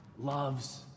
loves